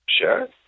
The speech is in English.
Sure